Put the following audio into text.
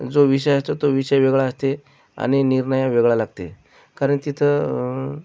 जो विषय असतो तो विषय वेगळा असते आणि निर्णय हा वेगळा लागते कारण तिथं